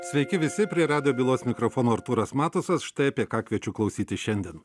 sveiki visi prie radijo bylos mikrofono artūras matusas štai apie ką kviečiu klausytis šiandien